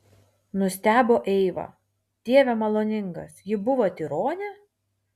nustebo eiva dieve maloningas ji buvo tironė